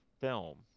film